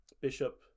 bishop